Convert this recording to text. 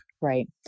Right